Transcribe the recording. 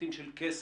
באספקטים של כסף,